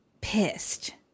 pissed